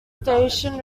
station